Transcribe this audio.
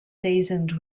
seasoned